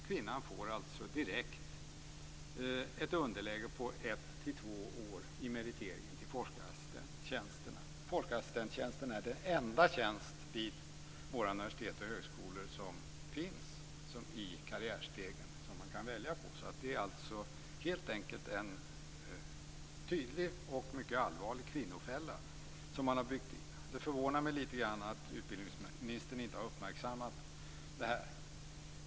Kvinnan får alltså direkt ett underläge på ett till två år i meriteringen till forskarassistenttjänsterna. Forskarassistenttjänsten är den enda tjänst vid våra universitet och högskolor som finns att välja på i karriärstegen. Det är alltså helt enkelt en tydlig och mycket allvarlig kvinnofälla som har byggts in. Det förvånar mig litet grand att utbildningsministern inte har uppmärksammat det här.